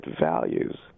values